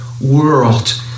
world